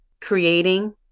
creating